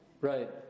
right